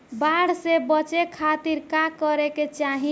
बाढ़ से बचे खातिर का करे के चाहीं?